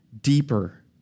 deeper